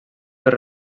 per